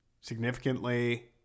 significantly